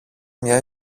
μία